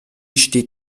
steht